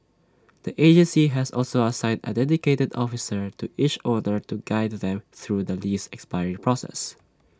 the agency has also assigned A dedicated officer to each owner to guide them through the lease expiry process